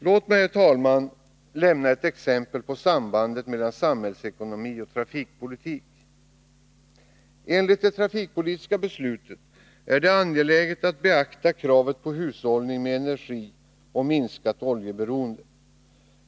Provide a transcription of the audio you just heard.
Låt mig, herr talman, lämna ett exempel på sambandet mellan samhällsekonomi och trafikpolitik. Enligt det trafikpolitiska beslutet är det angeläget att beakta kravet på hushållning med energi och minskat oljeberoende.